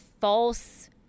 false